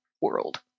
world